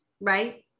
right